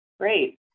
Great